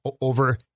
over